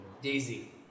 Daisy